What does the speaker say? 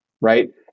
right